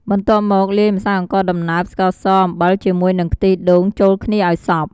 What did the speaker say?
បន្ទាប់មកលាយម្សៅអង្ករដំណើប ស្ករស អំបិលជាមួយនឹងខ្ទិះដូងចូលគ្នាឱ្យសព្វ។